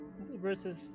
Versus